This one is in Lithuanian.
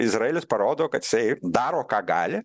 izraelis parodo kad jisai daro ką gali